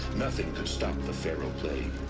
nothing could stop the faro plague